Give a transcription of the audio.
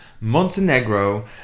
Montenegro